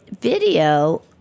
video